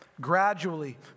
gradually